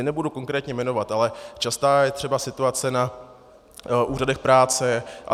Nebudu konkrétně jmenovat, ale častá je třeba situace na úřadech práce atp.